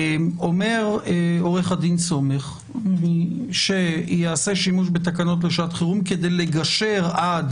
אומר עו"ד סומך שייעשה שימוש בתקנות לשעת חירום כדי לגשר עד